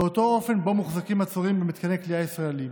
באותו אופן שבו מוחזקים עצורים במתקני כליאה ישראליים.